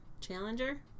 challenger